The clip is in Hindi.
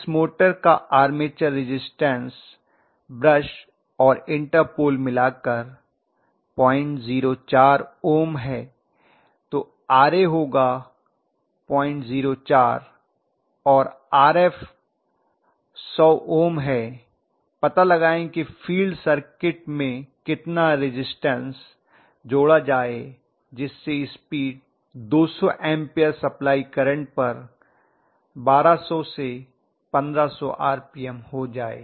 इस मोटर का आर्मेचर रेजिस्टेंस ब्रश और इंटरपोल मिलाकर 004 ओम तो Ra होगा 004 और Rf 100 ओम है पता लगाएं कि फील्ड सर्किट में कितना रेजिस्टेंस जोड़ा जाए जिससे स्पीड 200 एंपियर सप्लाई करंट पर 1200 से 1500 आरपीएम हो जाए